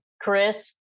Chris